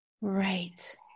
Right